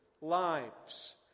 lives